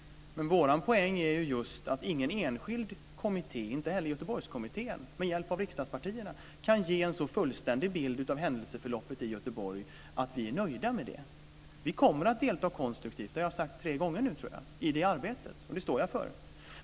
Men vår poäng är ju just att ingen enskild kommitté, inte heller Göteborgskommittén med hjälp av riksdagspartierna, kan ge en sådan fullständig bild av händelseförloppet i Göteborg att vi blir nöjda med det. Vi kommer att delta konstruktivt i det arbetet. Det har jag sagt tre gånger nu, och det står jag för.